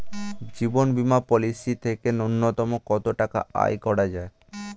জীবন বীমা পলিসি থেকে ন্যূনতম কত টাকা আয় করা যায়?